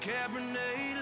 Cabernet